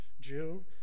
Jew